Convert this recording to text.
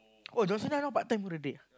oh John-Cena now part time already ah